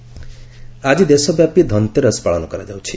ଧନ୍ତେରସ୍ ଆକି ଦେଶ ବ୍ୟାପୀ ଧନ୍ତେରସ ପାଳନ କରାଯାଉଛି